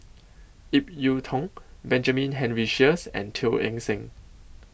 Ip Yiu Tung Benjamin Henry Sheares and Teo Eng Seng